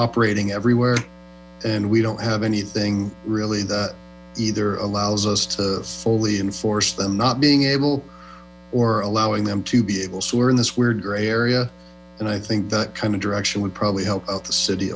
operating everywhere and we don't have anything really either allows us to fully enforce them not being able or allowing them to be able so we're in this weird gray area and i think that kind of direction would probably help out the city